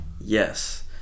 Yes